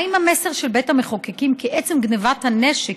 מה עם המסר של בית המחוקקים שעצם גנבת הנשק,